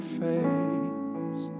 face